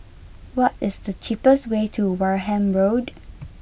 what is the cheapest way to Wareham Road